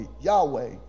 Yahweh